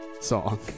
song